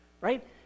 Right